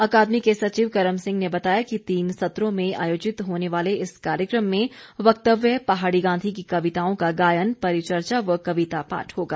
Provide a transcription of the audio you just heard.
अकादमी के सचिव कर्म सिंह ने बताया कि तीन सत्रों में आयोजित होने वाले इस कार्यकम में वक्तव्य पहाड़ी गांधी की कविताओं का गायन परिचर्चा व कविता पाठ होगा